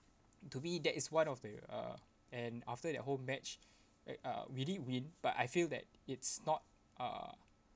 to me that is one of the uh and after that whole match at uh we did win but I feel that it's not uh